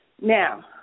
Now